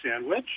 sandwich